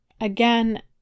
Again